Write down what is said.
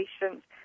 patients